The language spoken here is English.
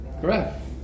Correct